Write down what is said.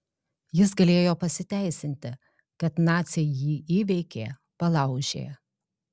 jis galėjo pasiteisinti kad naciai jį įveikė palaužė